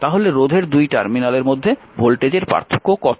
তাহলে রোধের দুই টার্মিনালের মধ্যে ভোল্টেজের পার্থক্য কত